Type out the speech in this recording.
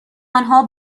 آنها